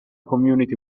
community